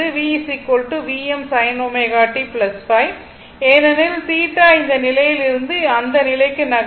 v Vm sin ω t ϕ ஏனெனில் θ இந்த நிலையில் இருந்து அந்த நிலைக்கு நகரும்